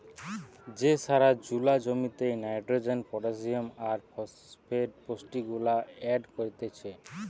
যে সার জুলা জমিতে নাইট্রোজেন, পটাসিয়াম আর ফসফেট পুষ্টিগুলা এড করতিছে